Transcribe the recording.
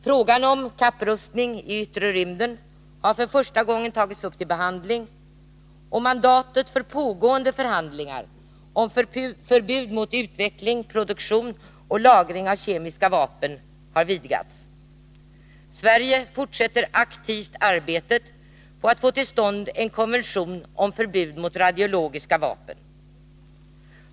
Frågan om kapprustning i yttre rymden har för första gången tagits upp till behandling, och mandatet för pågående förhandlingar om förbud mot utveckling, produktion och lagring av kemiska vapen har vidgats. Sverige fortsätter aktivt arbetet på att få till stånd en konvention om förbud mot radiologiska vapen.